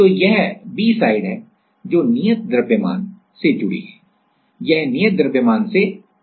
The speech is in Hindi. तो यह B साइड है जो नियत द्रव्यमान प्रूफ मास proof mass से जुड़ी है यह नियत द्रव्यमान नियत द्रव्यमान प्रूफ मास proof mass से जुड़ी है